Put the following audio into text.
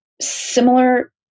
similar